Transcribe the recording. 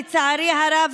לצערי הרב,